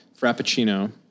Frappuccino